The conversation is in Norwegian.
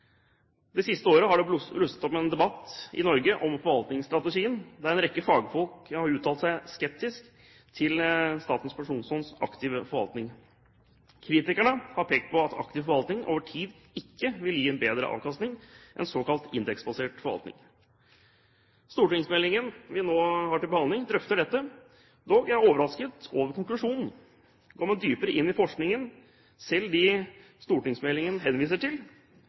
Det siste året har det blusset opp en debatt i Norge om forvaltningsstrategien, der en rekke fagfolk har uttalt seg skeptisk til Statens pensjonsfonds aktive forvaltning. Kritikerne har pekt på at aktiv forvaltning over tid ikke vil gi en bedre avkastning enn såkalt indeksbasert forvaltning. Stortingsmeldingen vi nå har til behandling, drøfter dette. Dog: Jeg er overrasket over konklusjonen. Går man dypere inn i forskningen, selv den stortingsmeldingen henviser til,